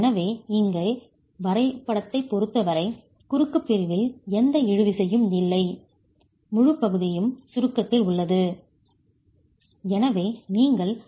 எனவே இங்கே வரைபடத்தைப் பொறுத்தவரை குறுக்கு பிரிவில் எந்த இழு விசையும் இல்லை முழு பகுதியும் சுருக்கத்தில் காம்ப்ரசிவ் ஸ்ட்ரெஸ் உள்ளது